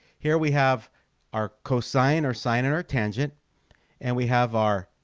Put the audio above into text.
here we have our cosine or sine and our tangent and we have our